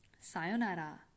Sayonara